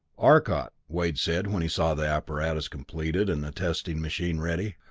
arcot, wade said when he saw the apparatus completed and the testing machine ready,